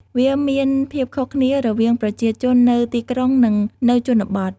វាមានភាពខុសគ្នារវាងប្រជាជននៅទីក្រុងនិងនៅជនបទ។